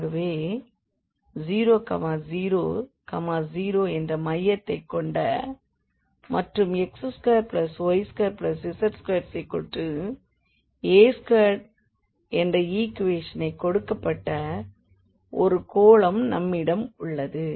ஆகவே 0 0 0 என்ற மையத்தைக் கொண்ட மற்றும் x2y2z2a2என்ற ஈக்குவேஷன் கொடுக்கப்பட்ட ஒரு கோளம் நம்மிடம் உள்ளது